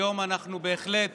היום אנחנו בהחלט